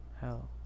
hell